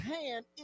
hand